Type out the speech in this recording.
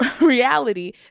reality